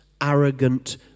arrogant